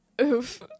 Oof